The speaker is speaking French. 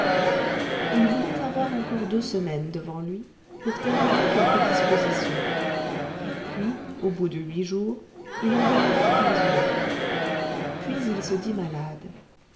il voulut avoir encore deux semaines devant lui pour terminer quelques dispositions puis au bout de huit jours il en demanda quinze autres puis il se dit malade